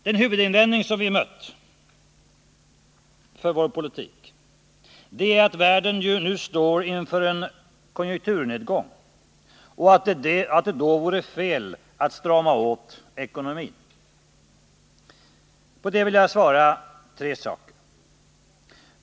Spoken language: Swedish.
Den huvudinvändning mot vår politik som vi mött är att världen ju nu står inför en konjunkturnedgång och att det då vore fel att strama åt ekonomin. På det vill jag svara tre saker.